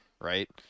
Right